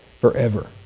forever